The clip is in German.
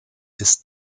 ist